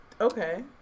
Okay